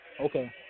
Okay